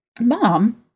Mom